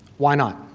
why not?